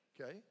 okay